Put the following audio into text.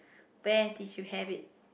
where did you have it